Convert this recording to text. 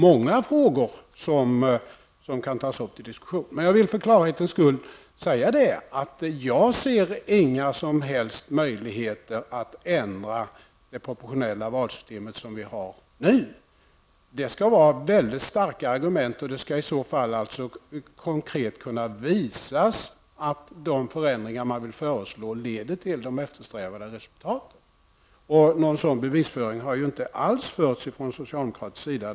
Många frågor kan tas upp till diskussion. För klarhets skull vill jag säga att jag inte ser några som helst möjligheter att ändra det proportionella valsystem som vi nu har. Det skall finnas mycket starka argument och det skall i så fall konkret kunna visas att de förändringar man föreslår leder till de eftersträvade resultaten. Någon sådan bevisning har inte alls förts ifrån socialdemokratisk sida.